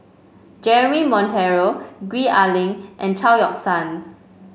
Jeremy Monteiro Gwee Ah Leng and Chao Yoke San